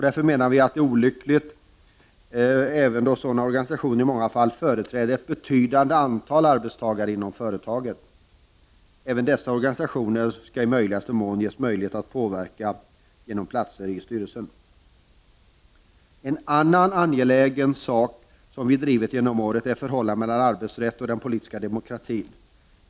Vi menar att det är olyckligt, då sådana organisationer i många fall företräder ett betydande antal arbetstagare inom företaget. Även dessa organisationer skall i möjligaste mån ges tillfälle att påverka genom platser i styrelsen. En annan angelägen sak som vi drivit genom åren är förhållandet mellan arbetsrätten och den politiska demokratin.